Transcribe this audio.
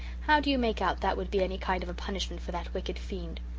how do you make out that would be any kind of a punishment for that wicked fiend?